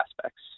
aspects